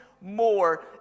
more